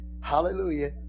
hallelujah